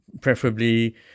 preferably